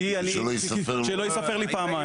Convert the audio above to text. כדי שלא ייספר לי פעמיים.